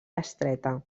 estreta